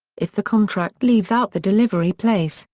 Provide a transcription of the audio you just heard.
if the contract leaves out the delivery place,